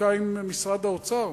בדיקה עם משרד האוצר,